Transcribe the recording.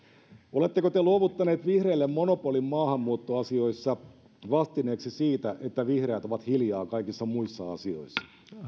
oletteko te luovuttaneet vihreille monopolin maahanmuuttoasioissa vastineeksi siitä että vihreät ovat hiljaa kaikissa muissa asioissa